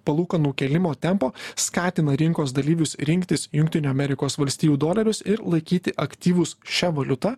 palūkanų kėlimo tempo skatina rinkos dalyvius rinktis jungtinių amerikos valstijų dolerius ir laikyti aktyvus šia valiuta